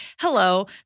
hello